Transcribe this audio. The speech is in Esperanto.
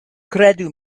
kredu